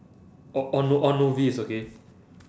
oh oh no~ oh novice okay